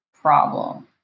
problem